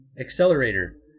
Accelerator